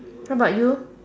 what about you